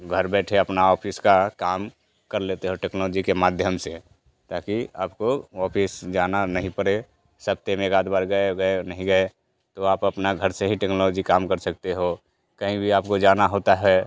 घर बैठे अपना ऑफिस का काम कर लेते है टेक्नोलॉजी के माध्यम से ताकि आपको ऑफिस जाना नहीं पड़े जएीसे हफ्ते में एक आध बार गए गए नहीं गए तो आप अपना घर से ही टेक्नोलॉजी काम कर सकते हो कहीं भी आपको जाना होता है